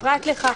פרט לכך,